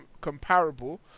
comparable